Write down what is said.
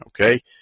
okay